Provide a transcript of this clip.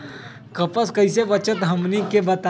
कपस से कईसे बचब बताई हमनी के?